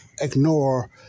ignore